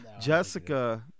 Jessica